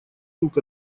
друг